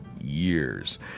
years